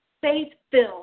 faith-filled